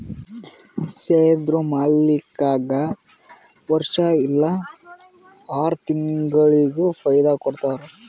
ಶೇರ್ದು ಮಾಲೀಕ್ಗಾ ವರ್ಷಾ ಇಲ್ಲಾ ಆರ ತಿಂಗುಳಿಗ ಫೈದಾ ಕೊಡ್ತಾರ್